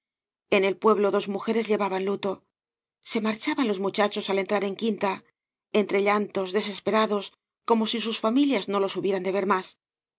en el pueblo dos mujeres llevaban luto se marchaban los muchachos al entrar en quinta entre llantos desesperados como si sus familias no los hubieran de ver más